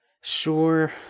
sure